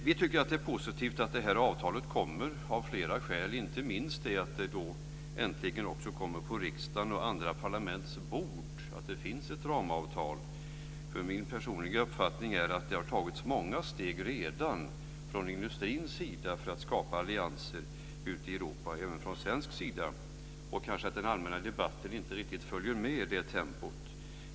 Vi tycker att det är positivt av flera skäl att detta avtal kommer, inte minst att det då äntligen också kommer på riksdagens och andra parlaments bord att det finns ett ramavtal. Min personliga uppfattning är att det redan har tagits många steg från industrins sida för att skapa allianser ute i Europa, även från svensk sida. Den allmänna debatten kanske inte riktigt följer med i det tempot.